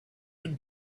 would